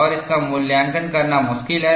और इसका मूल्यांकन करना मुश्किल है